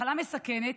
מחלה מסכנת,